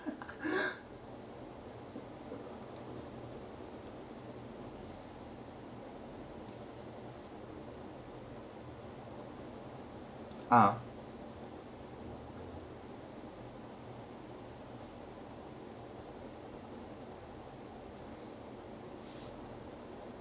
ah